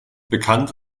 bekannt